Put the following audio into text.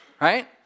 Right